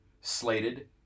slated